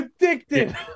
addicted